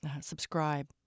subscribe